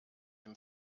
dem